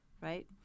right